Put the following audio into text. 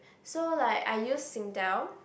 so like I use Singtel